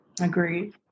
Agreed